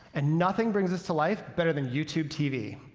and nothing brings this to life better than youtube tv.